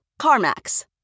CarMax